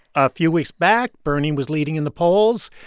a few weeks back, bernie was leading in the polls.